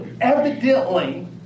Evidently